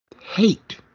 hate